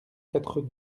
quatre